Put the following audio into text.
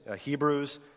Hebrews